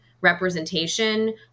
representation